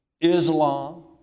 Islam